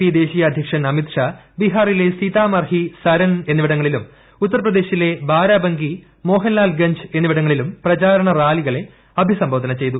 P ദേശീയ അദ്ധ്യക്ഷൻ അമിത് ഷാ ബീഹാറിലെ സീതാമർഹി സരൻ എന്നിവടങ്ങളിലും ഉത്തർ പ്രദേശിലെ ബാരാബങ്കി മോഹൻ ലാൽ ഗഞ്ച് എന്നിവിടങ്ങളിലും പ്രചാരണ റാലികളെ അഭിസംബോധന ചെയ്തു